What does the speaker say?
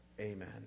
Amen